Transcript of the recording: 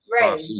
right